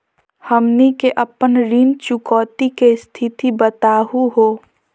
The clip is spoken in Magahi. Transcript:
हमनी के अपन ऋण चुकौती के स्थिति बताहु हो?